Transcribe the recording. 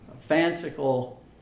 fanciful